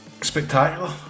Spectacular